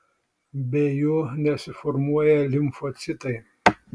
be jo nesiformuoja limfocitai